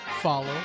follow